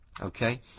Okay